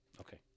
okay